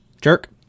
Jerk